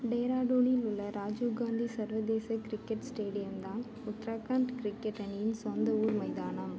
டேராடூனில் உள்ள ராஜீவ் காந்தி சர்வதேச cricket stadium தான் உத்தரகாண்ட் கிரிக்கெட் அணியின் சொந்த ஊர் மைதானம்